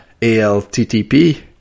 ALTTP